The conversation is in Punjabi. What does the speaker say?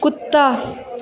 ਕੁੱਤਾ